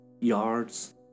yards